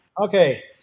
Okay